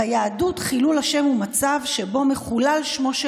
ביהדות חילול השם הוא מצב שבו מחולל שמו של